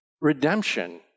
Redemption